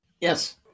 Yes